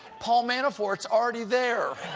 paul manafort's already there.